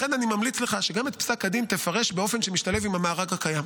לכן אני ממליץ לך שגם את פסק הדין תפרש באופן שמשתלב עם המארג הקיים.